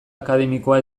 akademikoa